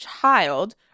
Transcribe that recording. child